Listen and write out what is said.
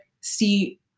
see